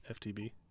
FTB